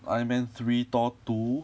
iron man three thor two